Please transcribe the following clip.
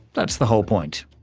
that's the whole point.